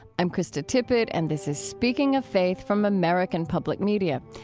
i'm krista tippett, and this is speaking of faith from american public media,